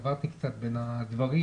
עברתי קצת בין הדברים,